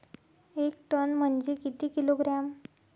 एक टन म्हनजे किती किलोग्रॅम?